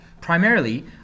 Primarily